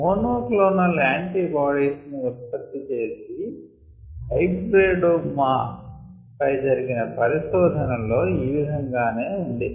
monoclonal antibodies ని ఉత్పత్తి చేసే హైబ్రిడొమ పై జరిగిన పరిశోధన లలో ఈ విధం గానే ఉన్నది